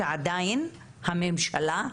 שעדיין הממשלה,